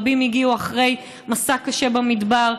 רבים הגיעו אחרי מסע קשה במדבר,